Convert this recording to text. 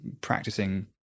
practicing